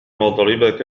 مضربك